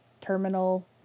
terminal